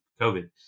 COVID